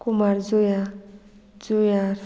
कुमारजुंया जुंयार